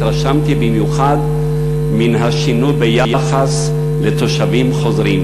התרשמתי במיוחד מן השינוי ביחס לתושבים חוזרים.